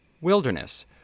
Wilderness